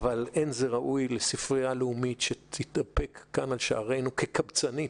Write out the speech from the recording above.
אבל אין זה ראוי לספרייה לאומית שתידפק על שערינו כקבצנית,